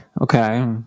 Okay